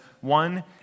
one